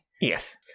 Yes